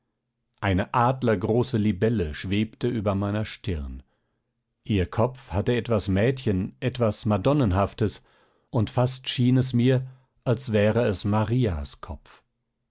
eine adlergroße libelle schwebte über meiner stirn ihr kopf hatte etwas mädchen etwas madonnenhaftes und fast schien es mir als wäre es marias kopf